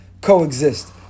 coexist